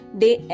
day